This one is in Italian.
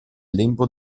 lembo